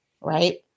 right